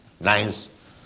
nice